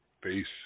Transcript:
Peace